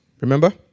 Remember